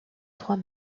trois